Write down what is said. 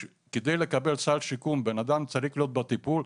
--- כדי שקופות החולים יוכלו לפנות